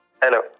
hello